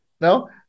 No